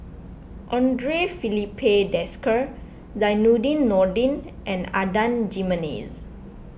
andre Filipe Desker Zainudin Nordin and Adan Jimenez